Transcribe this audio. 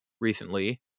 recently